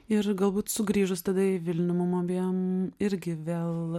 ir galbūt sugrįžus tada į vilnių mum abiem irgi vėl